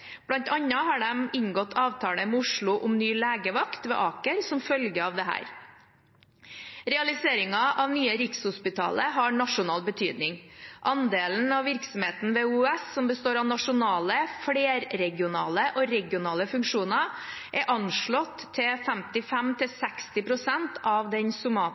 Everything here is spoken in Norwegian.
har de inngått avtale med Oslo om ny legevakt ved Aker som følge av dette. Realisering av Nye Rikshospitalet har nasjonal betydning. Andelen av virksomheten ved OUS, som består av nasjonale, flerregionale og regionale funksjoner, er anslått til 55–60 pst. av den